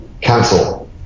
cancel